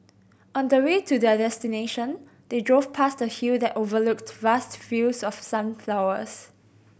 on the way to their destination they drove past a hill that overlooked vast fields of sunflowers